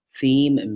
theme